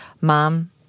Mom